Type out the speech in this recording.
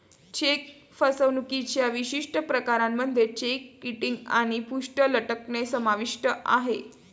check फसवणुकीच्या विशिष्ट प्रकारांमध्ये चेक किटिंग आणि पृष्ठ लटकणे समाविष्ट आहे